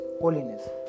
Holiness